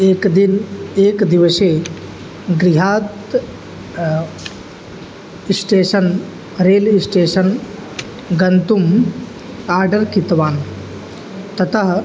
एकदिने एकदिवसे गृहात् station railway station गन्तुम् आर्डर् कृतवान् ततः